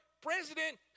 president